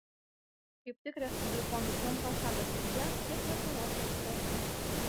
kaip tik respublikonų triumfą žada tiek jav tiek lietuvos ekspertai